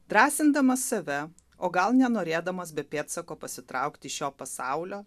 drąsindamas save o gal nenorėdamas be pėdsako pasitraukt iš šio pasaulio